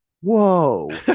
Whoa